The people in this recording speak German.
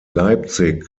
leipzig